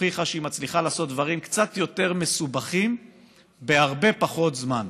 הוכיחה שהיא מצליחה לעשות דברים קצת יותר מסובכים בהרבה פחות זמן.